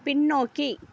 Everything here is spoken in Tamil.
பின்னோக்கி